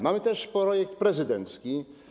Mamy też projekt prezydencki.